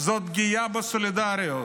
זאת פגיעה בסולידריות,